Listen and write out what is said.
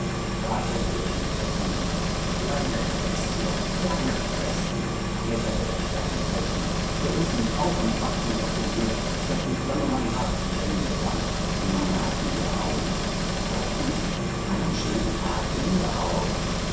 da ergriff mich coppelius kleine bestie kleine bestie meckerte er zähnfletschend riß mich auf und warf mich auf den herd daß die flamme mein haar zu sengen begann nun haben wir augen augen ein schön paar kinderaugen